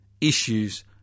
issues